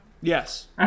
yes